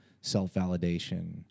self-validation